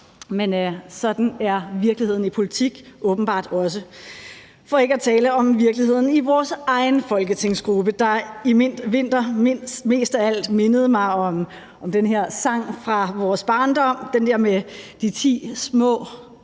Men sådan er virkeligheden i politik åbenbart også. For ikke at tale om virkeligheden i vores egen folketingsgruppe, der i vinter mest af alt mindede mig om den her sang fra vores barndom; den med de ti små